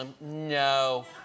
No